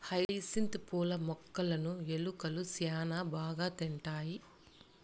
hyacinth పూల మొక్కలును ఎలుకలు శ్యాన బాగా తింటాయి